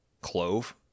clove